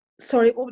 Sorry